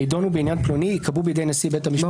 יידונו בעניין פלוני ייקבעו בידי נשיא בית המשפט העליון.